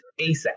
ASAP